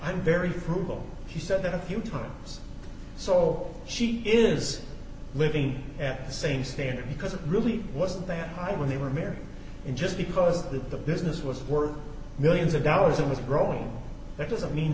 i'm very frugal she said that a few times so she is living at the same standard because it really wasn't that high when they were married and just because the business was worth millions of dollars and was growing that doesn't mean